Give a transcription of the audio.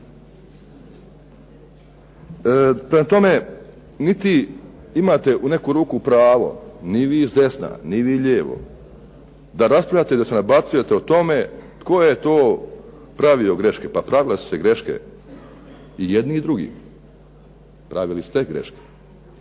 tome, niti imate u neku ruku pravo ni vi s desna ni vi lijevo da se raspravljate i da se nabacujete o tome tko je to pravio greške. Pa pravili su greške jedni i drugi, pravili ste greške